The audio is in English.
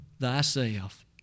thyself